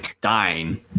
dying